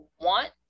want